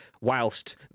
whilst